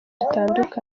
dutandukanye